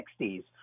1960s